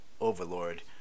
overlord